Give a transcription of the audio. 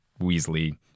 Weasley